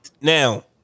now